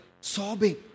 sobbing